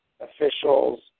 officials